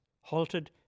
halted